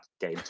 game